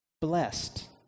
blessed